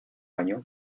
año